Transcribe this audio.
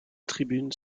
tribunes